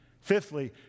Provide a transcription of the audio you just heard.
Fifthly